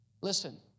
Listen